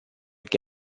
che